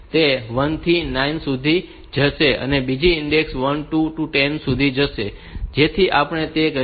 અને બીજી ઈન્ડેક્સ 1 2 થી 10 સુધી જશે જેથી આપણે તે કરીએ છીએ